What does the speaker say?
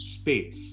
space